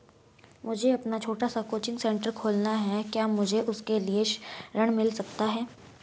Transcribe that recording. मुझे अपना छोटा सा कोचिंग सेंटर खोलना है क्या मुझे उसके लिए ऋण मिल सकता है?